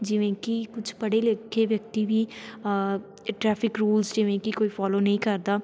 ਜਿਵੇਂ ਕਿ ਕੁਝ ਪੜ੍ਹੇ ਲਿਖੇ ਵਿਅਕਤੀ ਵੀ ਟ੍ਰੈਫ਼ਿਕ ਰੂਲਸ ਜਿਵੇਂ ਕਿ ਕੋਈ ਫੋਲੋ ਨਹੀਂ ਕਰਦਾ